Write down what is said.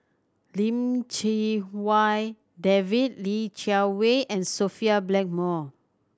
Lim Chee Wai David Li Jiawei and Sophia Blackmore